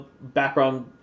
background